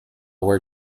where